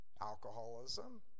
alcoholism